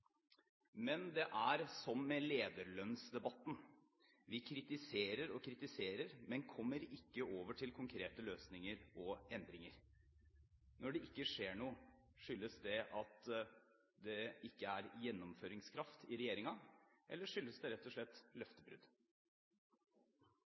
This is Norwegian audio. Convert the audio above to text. men kommer ikke over til konkrete løsninger og endringer.» Når det ikke skjer noe, skyldes det at det ikke er gjennomføringskraft i regjeringen, eller skyldes det rett og slett